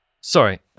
Sorry